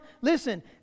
listen